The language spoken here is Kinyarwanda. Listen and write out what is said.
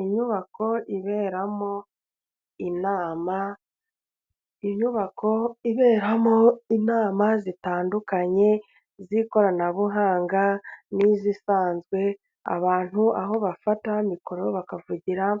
Inyubako iberamo inama，inyubako iberamo inama zitandukanye z'ikoranabuhanga n'izisanzwe， abantu aho bafata mikoro，bakavugira mu